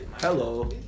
hello